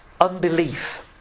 unbelief